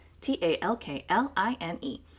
T-A-L-K-L-I-N-E